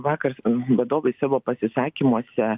vakar vadovai savo pasisakymuose